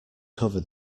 cover